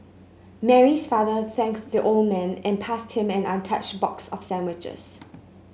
Mary's father thanked the old man and passed him an untouched box of sandwiches